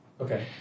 okay